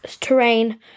terrain